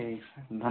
ठीक है धन्य